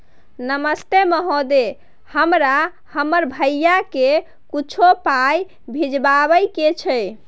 नमस्ते महोदय, हमरा हमर भैया के कुछो पाई भिजवावे के छै?